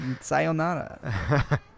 Sayonara